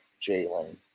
Jalen